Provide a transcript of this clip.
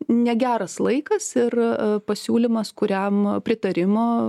negeras laikas ir pasiūlymas kuriam pritarimo